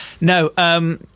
No